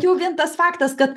jau vien tas faktas kad